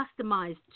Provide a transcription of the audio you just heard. customized